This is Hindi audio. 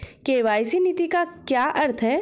के.वाई.सी नीति का क्या अर्थ है?